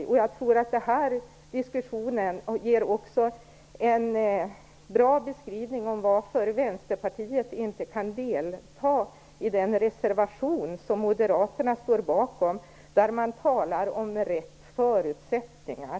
Jag tror att den här diskussionen också ger en bra beskrivning av varför Vänsterpartiet inte kan delta i den reservation som Moderaterna står bakom där man talar om "rätt förutsättningar".